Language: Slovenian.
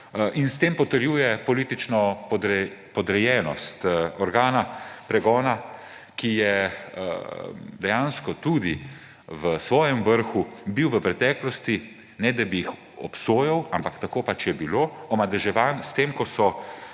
in s tem potrjuje politično podrejenost organa pregona, ki je dejansko tudi v svojem vrhu bil v preteklosti, ne da bi jih obsojal, ampak tako pač je bilo, omadeževan s tem, ko so